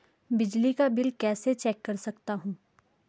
बिजली का बिल कैसे चेक कर सकता हूँ?